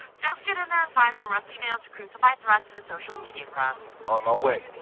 just get in there and find some rusty nails to crucify thruss to the social media cross. on my way.